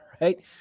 right